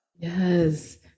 Yes